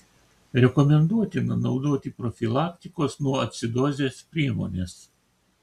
rekomenduotina naudoti profilaktikos nuo acidozės priemones